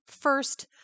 First